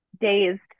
dazed